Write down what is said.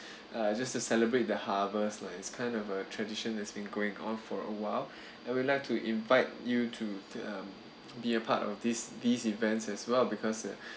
uh just to celebrate the harvest like it's kind of a tradition has been going on for awhile and I would like to invite you to uh be a part of this these events as well because